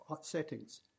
settings